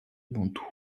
用途